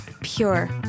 pure